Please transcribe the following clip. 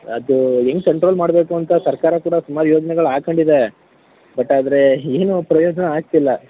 ಅದು ಹೆಂಗ್ ಕಂಟ್ರೋಲ್ ಮಾಡಬೇಕು ಅಂತ ಸರ್ಕಾರ ಕೂಡ ತುಂಬಾ ಯೋಜನೆಗಳು ಹಾಕಂಡಿದೆ ಬಟ್ ಆದರೆ ಏನೂ ಪ್ರಯೋಜನ ಆಗ್ತಿಲ್ಲ